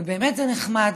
ובאמת זה נחמד.